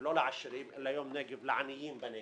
לא לעשירים אלא יום נגב לעניים בנגב,